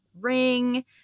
ring